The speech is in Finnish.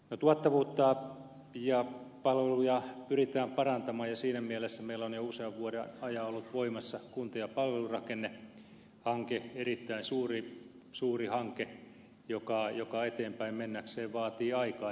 tuottavuutta ja palveluja pyritään parantamaan ja siinä mielessä meillä on jo usean vuoden ajan ollut voimassa kunta ja palvelurakennehanke erittäin suuri hanke joka eteenpäin mennäkseen vaatii aikaa